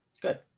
Good